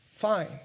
fine